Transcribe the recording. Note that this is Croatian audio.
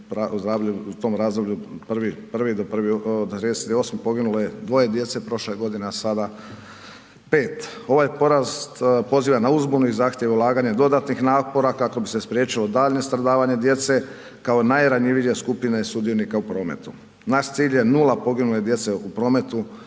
u tom razdoblju … poginulo je dvoje djece prošle godine, a sada pet. Ovaj porast poziva na uzbunu i zahtjeva ulaganje dodatnih napora kako bi se spriječilo daljnje stradavanje djece kao najranjivije skupine sudionika u prometu. Naš cilj je nula poginule djece u prometu